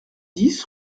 dix